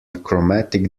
chromatic